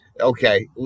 Okay